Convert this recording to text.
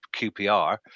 QPR